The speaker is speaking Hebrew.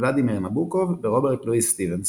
ולדימיר נבוקוב ורוברט לואיס סטיבנסון.